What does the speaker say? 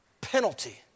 penalty